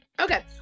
Okay